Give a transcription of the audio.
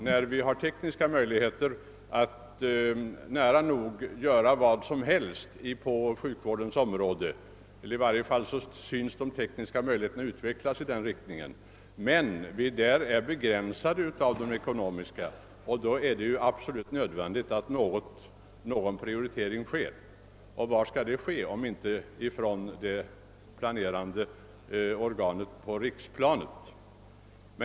När de tekniska möjligheterna förefaller att utveckla sig i riktning mot att vi kan göra nära nog vad som helst på sjukvårdens område, men de ekonomiska resurserna sätter en gräns, är det absolut nödvändigt att företa någon prioritering, och var skall den göras om inte hos det planerande organet på riksplanet?